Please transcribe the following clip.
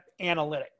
analytics